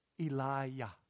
Elijah